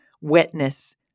wetness